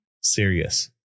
serious